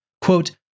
quote